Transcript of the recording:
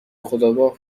خودآگاه